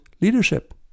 leadership